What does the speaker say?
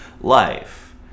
life